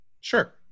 Sure